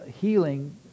healing